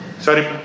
Sorry